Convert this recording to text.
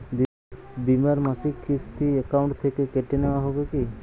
বিমার মাসিক কিস্তি অ্যাকাউন্ট থেকে কেটে নেওয়া হবে কি?